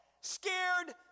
scared